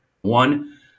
One